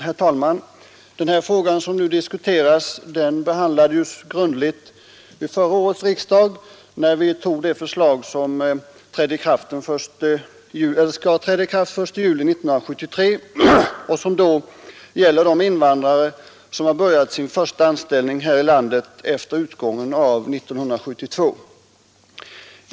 Herr talman! Den fråga som nu diskuteras behandlades grundligt vid förra årets riksdag, när vi antog det förslag som skall träda i kraft den 1 juli 1973 och som gäller de invandrare som har börjat sin första anställning här i landet efter utgången av år 1972.